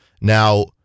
Now